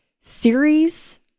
series